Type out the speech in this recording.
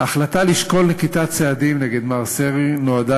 ההחלטה לשקול נקיטת צעדים נגד מר סרי נועדה